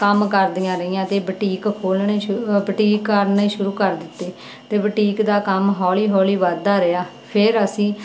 ਕੰਮ ਕਰਦੀਆਂ ਰਹੀਆਂ ਅਤੇ ਬੁਟੀਕ ਖੋਲ੍ਹਣੇ ਸ਼ੁਰੂ ਬੁਟੀਕ ਕਰਨੇ ਸ਼ੁਰੂ ਕਰ ਦਿੱਤੇ ਅਤੇ ਬੁਟੀਕ ਦਾ ਕੰਮ ਹੌਲੀ ਹੌਲੀ ਵਧਦਾ ਰਿਹਾ ਫੇਰ ਅਸੀਂ